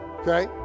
Okay